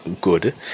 good